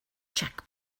check